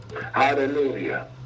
Hallelujah